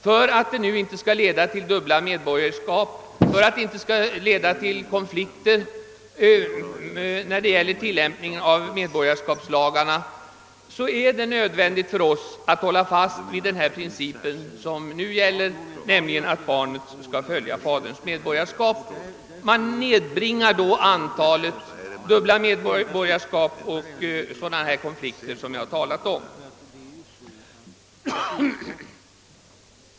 För att det inte skall leda till dubbla medborgarskap och för att det inte skall leda till konflikter vid tillämpningen av medborgarskapslagarna är det nödvändigt för oss att hålla fast vid den princip som nu gäller, nämligen att barnets medborgarskap skall följa faderns. Man nedbringar då antalet dubbla medborgarskap och undviker sådana konflikter som jag nu har talat om.